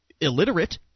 illiterate